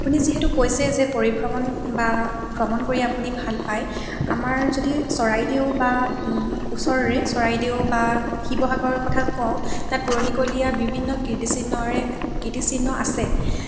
আপুনি যিহেতু কৈছে যে পৰিভ্ৰমণ বা ভ্ৰমণ কৰি আপুনি ভাল পায় আমাৰ যদি চৰাইদেউ বা ওচৰৰে চৰাইদেউ বা শিৱসাগৰৰ কথা কওঁ তাত পুৰণিকলীয়া বিভিন্ন কীৰ্তিচিহ্নৰে কীৰ্তিচিহ্ন আছে